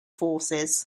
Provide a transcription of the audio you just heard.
forces